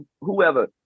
whoever